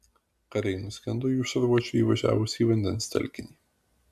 kariai nuskendo jų šarvuočiui įvažiavus į vandens telkinį